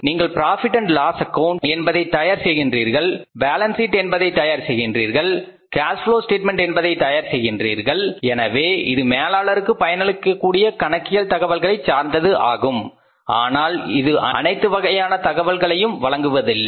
நீங்கள் profit and loss account Profit Loss account என்பதை தயார் செய்கிறீர்கள் பேலன்ஸ் சீட் என்பதை தயார் செய்கிறீர்கள் கேஸ்ப்ளோ ஸ்டேட்மென்ட் என்பதை நீங்கள் தயார் செய்கிறீர்கள் எனவே இது மேலாளர்களுக்கு பயனளிக்கக்கூடிய கணக்கியல் தகவல்களை சார்ந்தது ஆகும் ஆனால் இது அனைத்து வகையான தகவல்களையும் வழங்குவதில்லை